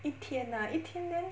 一天 ah 一天 then